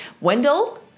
Wendell